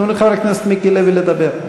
תנו לחבר הכנסת מיקי לוי לדבר.